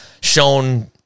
shown